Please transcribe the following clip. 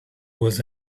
was